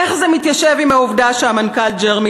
איך זה מתיישב עם העובדה שהמנכ"ל ג'רמי